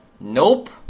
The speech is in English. Nope